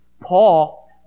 Paul